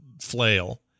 flail